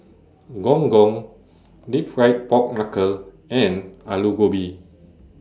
Gong Gong Deep Fried Pork Knuckle and Aloo Gobi